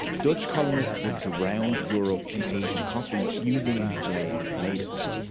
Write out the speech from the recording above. dutch colonists would drown europe in asian coffee using enslaved natives.